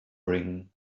bring